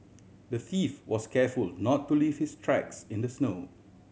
the thief was careful not to leave his tracks in the snow